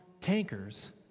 tankers